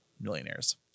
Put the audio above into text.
Millionaires